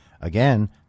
Again